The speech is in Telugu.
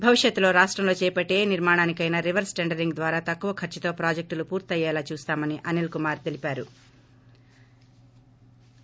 భవిష్యత్లో రాష్టంలో చేపట్టే ఏ నిర్మాణానికైనా రివర్స్ టెండరింగ్ ద్వారా తక్కువ ఖర్చుతో ప్రాజెక్టులు పూర్తయ్యేలా చూస్తామని అనిల్ కుమార్ తెలిపారు